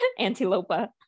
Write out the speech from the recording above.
Antilopa